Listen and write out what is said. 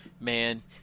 man